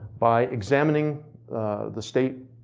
by examining the state